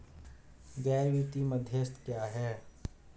गैर वित्तीय मध्यस्थ क्या हैं?